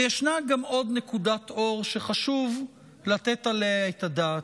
ויש גם עוד נקודת אור שחשוב לתת עליה את הדעת: